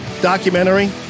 documentary